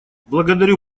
благодарю